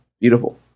Beautiful